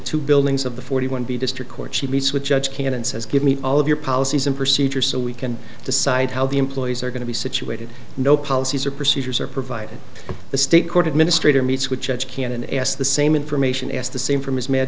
two buildings of the forty one b district court she meets with judge can and says give me all of your policies and procedures so we can decide how the employees are going to be situated nope these are procedures are provided the state court administrator meets with judge can and ask the same information as the same from his ma